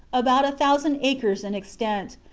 about a thousand acres in extent,